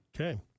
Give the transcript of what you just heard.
Okay